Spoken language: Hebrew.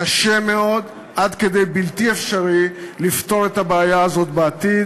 קשה מאוד עד כדי בלתי אפשרי לפתור את הבעיה הזאת בעתיד.